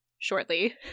shortly